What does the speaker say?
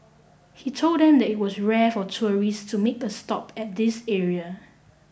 he told them that it was rare for tourists to make a stop at this area